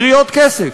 כן משלמת לעיריות כסף,